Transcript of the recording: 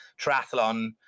triathlon